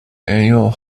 annual